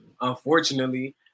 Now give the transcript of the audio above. Unfortunately